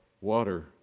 water